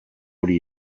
hori